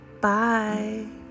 Bye